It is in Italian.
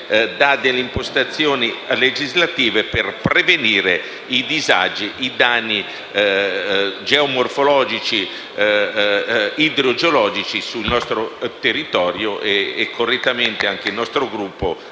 dà le impostazioni legislative per prevenire i disagi e i danni geomorfologici e idrogeologici sul nostro territorio. Correttamente, quindi, anche il nostro Gruppo